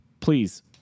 please